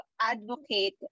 advocate